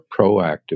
proactive